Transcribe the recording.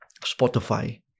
Spotify